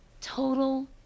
Total